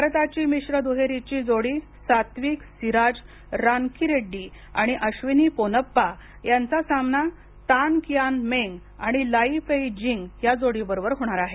भारताची मिश्र दुहेरीची जोडी सात्विक सिराज रानकीरेड्डी आणि अश्विनी पोनप्पा यांचा सामना तान किआन मेंग आणि लाई पेई जिंग या जोडीबरोबर होणार आहे